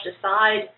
aside